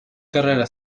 carrera